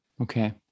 Okay